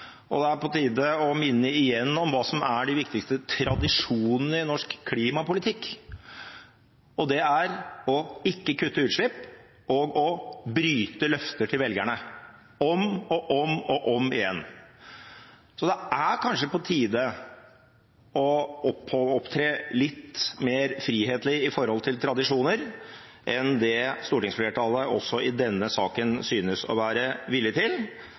Det er på tide igjen å minne om hva som er de viktigste tradisjonene i norsk klimapolitikk, og det er å ikke kutte utslipp og å bryte løfter til velgerne om og om igjen. Det er kanskje på tide å opptre litt mer frihetlig i forhold til tradisjoner enn det stortingsflertallet også i denne saken synes å være villig til